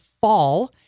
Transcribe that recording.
fall